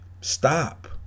stop